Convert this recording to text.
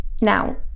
Now